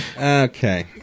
Okay